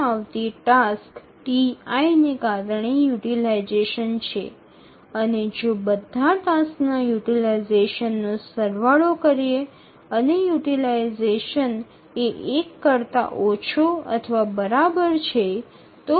ey হল task টিয়ের কারণে ব্যবহৃত হয়সমস্ত কাজের জন্য আমরা ≤ ১ অবধি বিভিন্ন কার্যের ব্যবহারের যোগফলটি পেতে পারি